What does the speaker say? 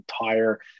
entire